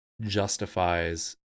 justifies